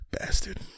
bastard